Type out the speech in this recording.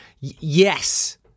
yes